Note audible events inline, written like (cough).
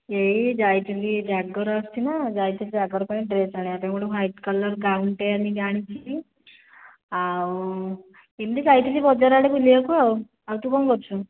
ଏଇ ଯାଇଥିଲି ଜାଗର ଆସୁଛି ନା ଯାଇଥିଲି ଜାଗର ପାଇଁ ଡ୍ରେସ୍ ଆଣିବା ପାଇଁ ଗୋଟିଏ ହ୍ଵାଇଟ୍ କଲର୍ ଗାଉନ୍ଟିଏ (unintelligible) ଆଣିଛି ଆଉ ଏମିତି ଯାଇଥିଲି ବଜାର ଆଡ଼େ ବୁଲିବାକୁ ଆଉ ଆଉ ତୁ କ'ଣ କରୁଛୁ